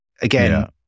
Again